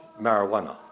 marijuana